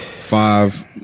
five